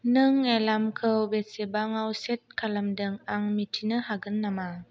नों एलार्मखौ बेसेबाङाव सेट खालामदों आं मिन्थिनो हागोन नामा